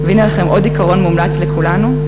והנה לכם עוד עיקרון מומלץ לכולנו,